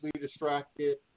Distracted